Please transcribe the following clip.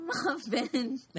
muffin